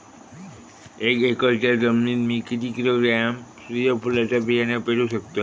एक एकरच्या जमिनीत मी किती किलोग्रॅम सूर्यफुलचा बियाणा पेरु शकतय?